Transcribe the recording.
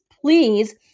please